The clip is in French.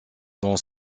dans